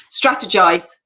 Strategize